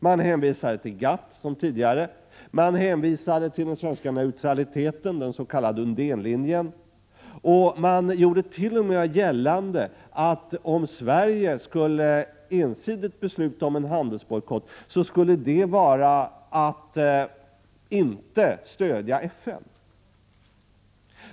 Man hänvisade till GATT, liksom tidigare, man hänvisade till den svenska neutraliteten, den s.k. Undénlinjen, och man gjorde t.o.m. gällande att om Sverige skulle ensidigt besluta om en handelsbojkott så skulle det vara att icke stödja FN.